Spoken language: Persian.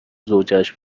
زوجهاش